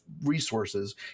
resources